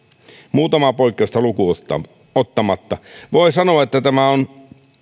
muutamaa poikkeusta lukuun ottamatta voi sanoa että yksityistiet ovat